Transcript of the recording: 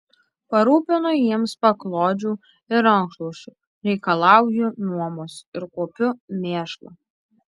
parūpinu jiems paklodžių ir rankšluosčių reikalauju nuomos ir kuopiu mėšlą